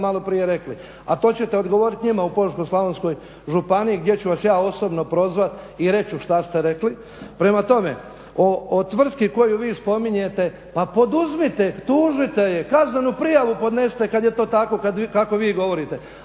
malo prije rekli a to ćete odgovoriti njima u Požeško-slavonskoj županiji gdje ću vas ja osobno prozvat i reć šta ste rekli. Prema tome, o tvrtki koju vi spominjete, pa poduzmite, tužite ju, kaznenu prijavu podnesite kada je to tako kako vi govorite.